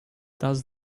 does